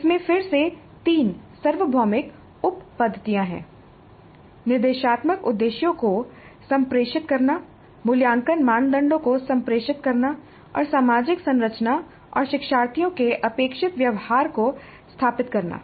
इसमें फिर से तीन सार्वभौमिक उप पद्धतियां हैं निर्देशात्मक उद्देश्यों को संप्रेषित करना मूल्यांकन मानदंडों को संप्रेषित करना और सामाजिक संरचना और शिक्षार्थियों के अपेक्षित व्यवहार को स्थापित करना